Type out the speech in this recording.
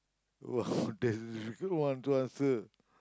!wah! that's who want to answer